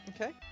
Okay